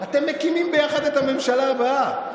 אתם מקימים ביחד את הממשלה הבאה,